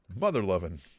mother-loving